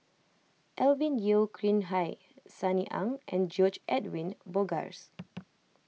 Alvin Yeo Khirn Hai Sunny Ang and George Edwin Bogaars